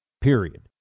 Period